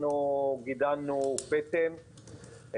אנחנו גידלנו פטם,